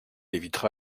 évitera